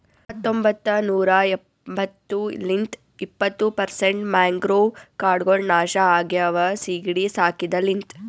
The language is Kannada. ಹತೊಂಬತ್ತ ನೂರಾ ಎಂಬತ್ತು ಲಿಂತ್ ಇಪ್ಪತ್ತು ಪರ್ಸೆಂಟ್ ಮ್ಯಾಂಗ್ರೋವ್ ಕಾಡ್ಗೊಳ್ ನಾಶ ಆಗ್ಯಾವ ಸೀಗಿಡಿ ಸಾಕಿದ ಲಿಂತ್